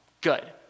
good